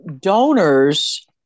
Donors